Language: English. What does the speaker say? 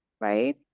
right